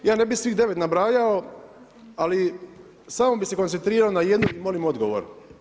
Ja ne bih svih 9 nabrajao, ali samo bih se koncentrirao na jednu i molim odgovor.